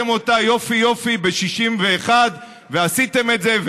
משחקי כיפופי ידיים האחד עם השני,